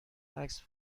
عکس